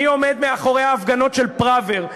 מי עומד מאחורי ההפגנות על פראוור,